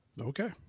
Okay